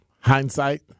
Hindsight